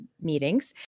meetings